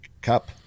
cup